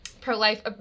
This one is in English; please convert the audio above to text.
pro-life